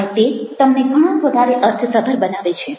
અને તે તમને ઘણા વધારે અર્થસભર બનાવે છે